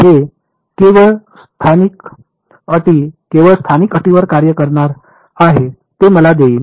हे केवळ स्थानिक अटी केवळ स्थानिक अटींवर कार्य करणार आहे ते मला देईल